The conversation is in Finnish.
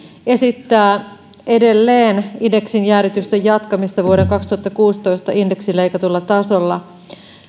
esittää edelleen indeksinjäädytysten jatkamista vuoden kaksituhattakuusitoista indeksileikatulla tasolla